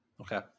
okay